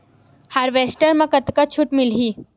Harvester म कतका छूट मिलही?